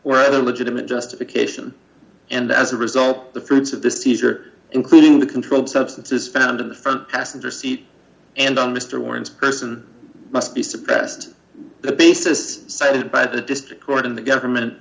where a legitimate justification and as a result the fruits of the seizure including the controlled substances found in the front passenger seat and on mr warren's person must be suppressed the basis cited by the district court in the government